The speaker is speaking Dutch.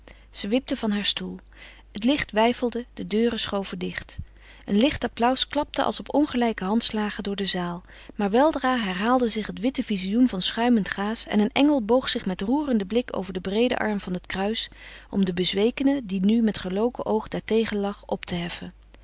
zij wipte van haar stoel het licht weifelde de deuren schoven dicht een licht applaus klapte als op ongelijke handslagen door de zaal maar weldra herhaalde zich het witte vizioen van schuimend gaas en een engel boog zich met roerenden blik over den breeden arm van het kruis om de bezwekene die nu met geloken oog daartegen lag op te heffen